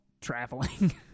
traveling